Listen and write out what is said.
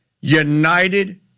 United